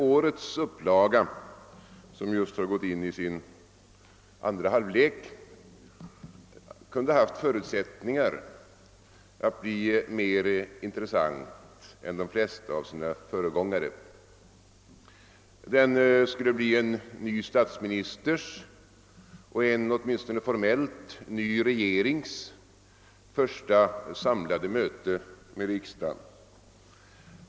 Årets upplaga, som just har gått in i sin andra halvlek, kunde emellertid ha haft förutsättningar att bli mera intressant än de flesta av sina föregångare. Den skulle bli en ny statsministers och en åtminstone formellt ny regerings första samlade möte med riksdagen.